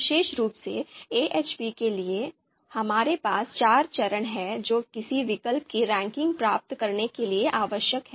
विशेष रूप से AHP के लिए हमारे पास चार चरण हैं जो किसी विकल्प की रैंकिंग प्राप्त करने के लिए आवश्यक हैं